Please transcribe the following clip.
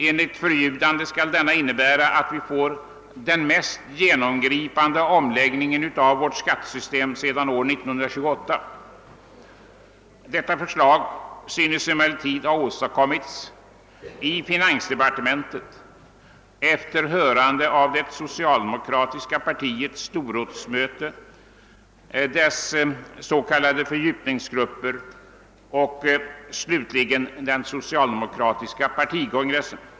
Enligt förljudande skall denna innebära att vi får den mest genomgripande ändringen av vårt skattesystem sedan 1928. Detta förslag synes emellertid ha åstadkommits i finansdepartementet efter hörande av det socialdemokratiska partiets storrådsmöte, dess s.k. fördjupningsgrupper och slutligen den socialdemokratiska partikongressen.